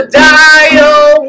dial